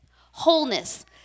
Wholeness